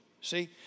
See